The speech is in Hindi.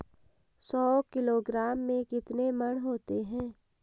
सौ किलोग्राम में कितने मण होते हैं?